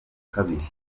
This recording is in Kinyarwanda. kabiri